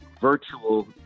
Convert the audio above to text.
virtual